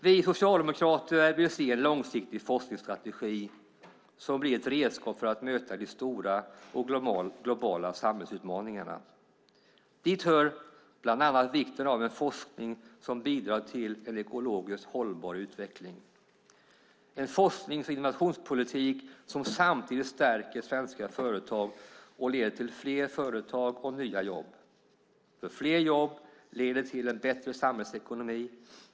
Vi socialdemokrater vill se en långsiktig forskningsstrategi som blir ett redskap för att möta de stora och globala samhällsutmaningarna. Dit hör bland annat vikten av en forskning som bidrar till en ekologiskt hållbar utveckling, en forsknings och innovationspolitik som samtidigt stärker svenska företag och leder till fler företag och nya jobb. Fler jobb leder till en bättre samhällsekonomi.